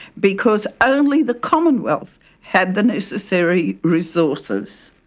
because only the commonwealth had the necessary resources.